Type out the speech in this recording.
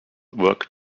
work